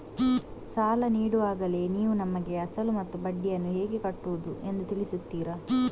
ಸಾಲ ನೀಡುವಾಗಲೇ ನೀವು ನಮಗೆ ಅಸಲು ಮತ್ತು ಬಡ್ಡಿಯನ್ನು ಹೇಗೆ ಕಟ್ಟುವುದು ಎಂದು ತಿಳಿಸುತ್ತೀರಾ?